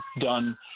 done